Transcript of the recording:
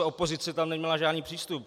Opozice tam neměla žádný přístup.